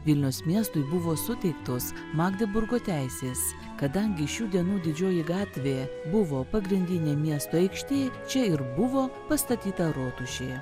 vilniaus miestui buvo suteiktos magdeburgo teisės kadangi šių dienų didžioji gatvė buvo pagrindinė miesto aikštė čia ir buvo pastatyta rotušė